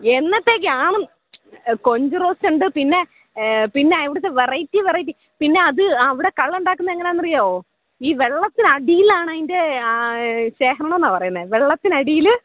എന്നത്തേക്കാണെങ്കിലും കൊഞ്ച് റോസ്റ്റുണ്ട് പിന്നെ പിന്നെ ഇവിടത്തെ വെറൈറ്റി വെറൈറ്റി പിന്നെ അത് അവിടെ കള്ളുണ്ടാക്കുന്ന എങ്ങനെയാണെന്നറിയാമോ ഈ വെള്ളത്തിനടിയിൽ ആണതിൻ്റെ ആ ശേഖരണമെന്നാണ് പറയുന്നത് വെള്ളത്തിനടിയിൽ